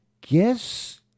guess